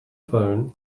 phone